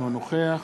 אינו נוכח